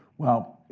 well,